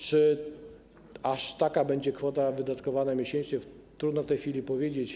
Czy aż taka będzie kwota wydatkowana miesięcznie, trudno w tej chwili powiedzieć.